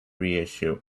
reissue